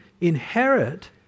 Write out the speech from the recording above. inherit